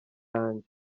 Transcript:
yanjye